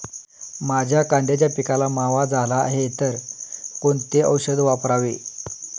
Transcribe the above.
माझ्या कांद्याच्या पिकाला मावा झाला आहे तर कोणते औषध वापरावे?